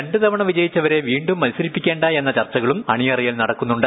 രണ്ട് തവണ വിജയിച്ചവരെ വീണ്ടും മത്സരിപ്പിക്കേണ്ടെന്ന ചർച്ചകളും അണിയറയിൽ നടക്കുന്നുണ്ട്